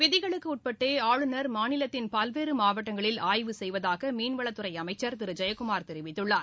விதிகளுக்குஉட்பட்டேஆளுநர் மாநிலத்தின் பல்வேறுமாவட்டங்களில் ஆய்வு செய்வதாகமீன்வளத்துறைஅமைச்சர் திருஜெயக்குமார் தெரிவித்துள்ளார்